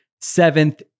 seventh